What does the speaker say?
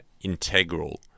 integral